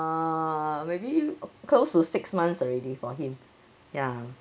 uh maybe close to six months already for him ya